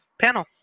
panel